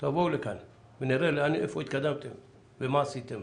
תבואו לכאן ונראה לאן התקדמתם ומה עשיתם.